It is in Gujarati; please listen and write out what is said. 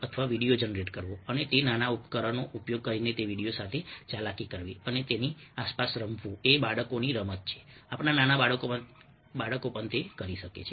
અથવા વિડિયો જનરેટ કરવો અને તે નાના ઉપકરણનો ઉપયોગ કરીને તે વિડિયો સાથે ચાલાકી કરવી અને તેની આસપાસ રમવું એ બાળકોની રમત છે આપણા નાના બાળકો પણ તે કરી શકે છે